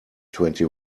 twenty